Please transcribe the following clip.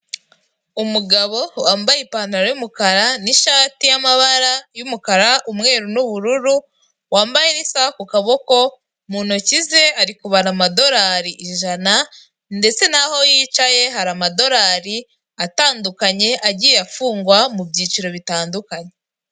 Umugabo wambaye ipantalo y'umukara, n'ishati y'amabara y'umukara, umweru n'ubururu , wambaye n'isaha kukaboko, mu ntoki ze ari kubara amadorari ijana ndetse n'aho yicaye hari amadorari atandukanye agiye afungwa mubyiciro bitandukanye.